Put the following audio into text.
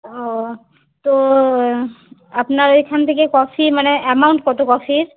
ও তো আপনার এখান থেকে কফি মানে অ্যামাউন্ট কতো কফির